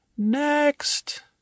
Next